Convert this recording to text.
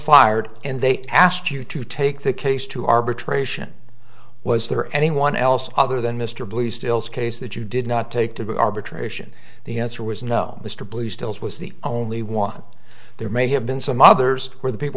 fired and they asked you to take the case to arbitration was there anyone else other than mr blue stills case that you did not take to arbitration the answer was no mr blue stills was the only one there may have been some others where the people